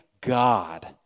God